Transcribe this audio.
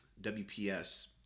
WPS